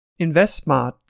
InvestSmart